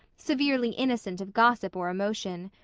severely innocent of gossip or emotion.